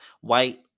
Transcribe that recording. white